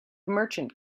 merchant